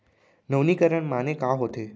नवीनीकरण माने का होथे?